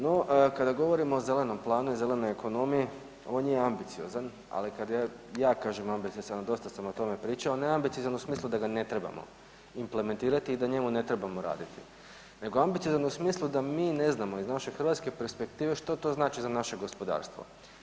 No kada govorimo o zelenom planu i zelenoj ekonomiji on je ambiciozan, ali kad ja kažem ambiciozan, dosta sam o tome pričao, ne ambiciozan u smislu da ga ne trebamo implementirati i da na njemu ne trebamo raditi, nego ambiciozan u smislu da mi ne znamo iz naše hrvatske perspektive što to znači za naše gospodarstvo.